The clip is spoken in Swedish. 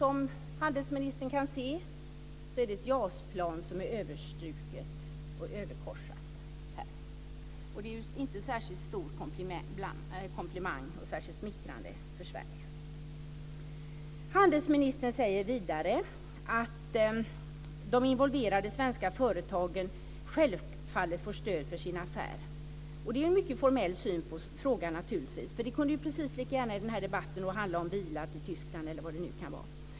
Som handelsministern kan se är det ett JAS-plan som är överkorsat, och det är inte någon särskilt stor komplimang eller särskilt smickrande för Handelsministern säger vidare att de involverade svenska företagen självfallet får stöd för sin affär. Det är naturligtvis en mycket formell syn på frågan för det kunde precis lika gärna i den här debatten handla om bilar till Tyskland eller vad det nu kan vara.